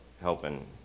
helping